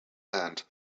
and